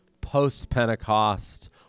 post-Pentecost